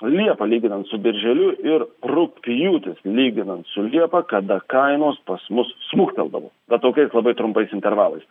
liepa lyginant su birželiu ir rugpjūtis lyginant su liepa kada kainos pas mus smukteldavo va tokiais labai trumpais intervalais